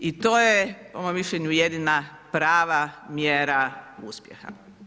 I to je po mom mišljenju jedina prava mjera uspjeha.